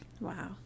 wow